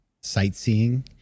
sightseeing